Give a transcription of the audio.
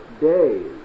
days